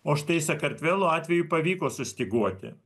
o štai sakartvelo atveju pavyko sustyguoti